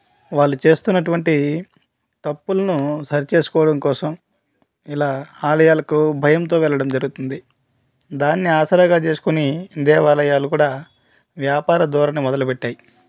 వాళ్ళు చేస్తున్నటువంటి తప్పులను సరి చేసుకోవడం కోసం ఇలా ఆలయాలకు భయంతో వెళ్ళడం జరుగుతుంది దాన్ని ఆసరాగా చేసుకొని దేవాలయాలు కూడా వ్యాపార ధోరణి మొదలుపెట్టాయి